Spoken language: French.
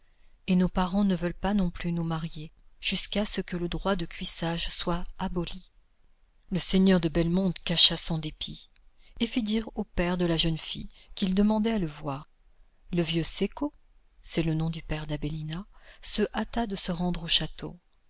et nos parens ne veulent pas non plus nous marier jusqu'à ce que le droit de cuissage soit aboli le seigneur de belmonte cacha son dépit et fit dire au père de la jeune fille qu'il demandait à le voir le vieux cecco c'est le nom du père d'abélina se hâta de se rendre au château